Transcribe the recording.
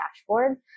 dashboard